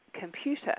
computer